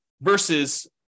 versus